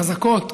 החזקות.